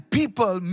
people